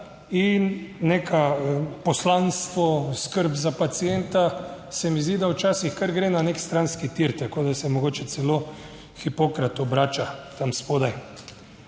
in neko poslanstvo, skrb za pacienta, se mi zdi, da včasih kar gre na nek stranski tir, tako da se mogoče celo Hipokrat obrača tam spodaj.